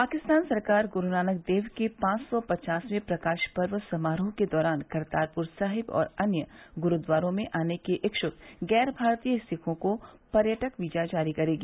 पाकिस्तान सरकार गुरुनानक देव के पांच सौ पचासवें प्रकाश पर्व समारोह के दौरान करतारपुर साहिब और अन्य गुरुद्वारों में आने के इच्छुक गैर भारतीय सिखों को पर्यटक वीज़ा जारी करेगी